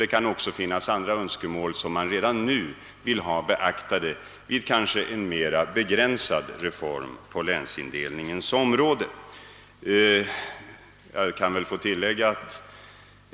Det kan också finnas andra önskemål som man redan nu vid en mera begränsad reform på länsindelningens område vill ha beaktade.